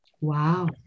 Wow